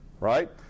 right